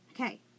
Okay